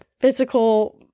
physical